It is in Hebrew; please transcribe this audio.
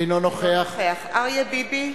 אינו נוכח אריה ביבי,